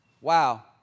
Wow